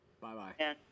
Bye-bye